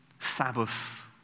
Sabbath